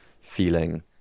feeling